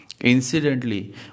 Incidentally